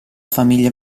famiglia